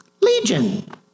Legion